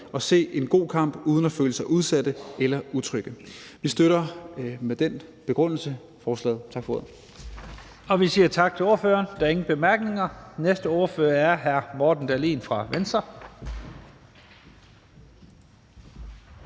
og se en god kamp uden at føle sig udsatte eller utrygge. Vi støtter med den begrundelse forslaget. Tak for ordet. Kl. 17:13 Første næstformand (Leif Lahn Jensen): Vi siger tak til ordføreren. Der er ingen korte bemærkninger. Den næste ordfører er hr. Morten Dahlin fra Venstre.